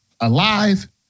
alive